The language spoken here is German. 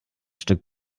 stück